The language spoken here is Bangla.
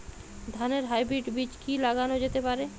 ধানের হাইব্রীড বীজ কি লাগানো যেতে পারে?